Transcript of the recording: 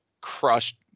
crushed